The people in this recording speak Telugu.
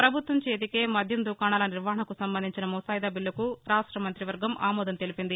ప్రభుత్వం చేతికే మద్యం దుకాణాల నిర్వహణకు సంబంధించిన ముసాయిదా బీల్లుకు రాష్ట మంతి వర్గం ఆమోదం తెలిపింది